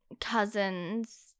cousins